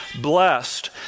blessed